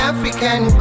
African